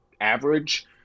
average